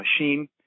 machine